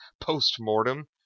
post-mortem